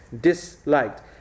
disliked